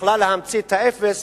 יכלה להמציא את האפס,